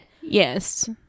yes